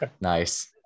Nice